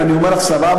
ואני אומר לך סבבה,